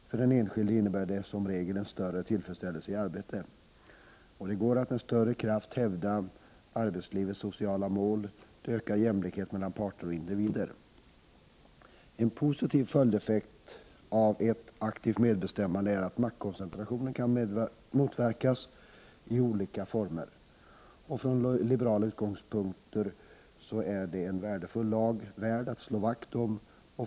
För den enskilde innebär det som regel en större tillfredsställelse i arbetet. Det går att med större kraft hävda arbetslivets sociala mål, och det ökar jämlikheten mellan parter och individer. En positiv följdeffekt av ett aktivt medbestämmande är att maktkoncentrationen kan motverkas i olika former. Från liberala utgångspunkter är det en värdefull lag, värd att slå vakt om.